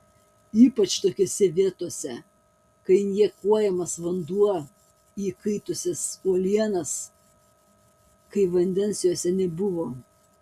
ypač tokiose vietose kai injekuojamas vanduo į įkaitusias uolienas kai vandens juose nebuvo